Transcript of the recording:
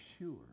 sure